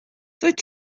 dwyt